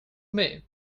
met